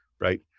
right